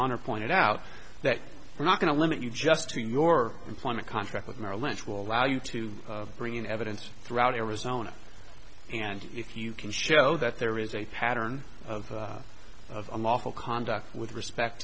honor pointed out that we're not going to limit you just to your employment contract with merrill lynch will allow you to bring in evidence throughout arizona and if you can show that there is a pattern of of unlawful conduct with respect